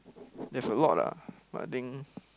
there's a lot lah I think